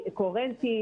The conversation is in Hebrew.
היא קוהרנטית,